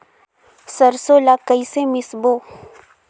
सरसो ला कइसे मिसबो?